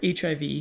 HIV